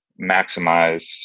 maximize